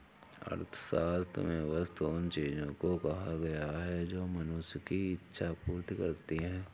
अर्थशास्त्र में वस्तु उन चीजों को कहा गया है जो मनुष्य की इक्षा पूर्ति करती हैं